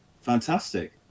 Fantastic